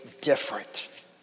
different